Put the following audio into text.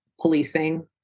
policing